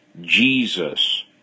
Jesus